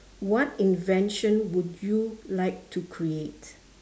what invention would you like to create